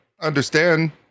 understand